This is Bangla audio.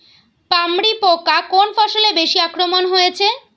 পামরি পোকা কোন ফসলে বেশি আক্রমণ হয়েছে?